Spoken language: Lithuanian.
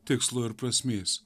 tikslo ir prasmės